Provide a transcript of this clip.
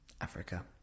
Africa